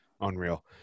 Unreal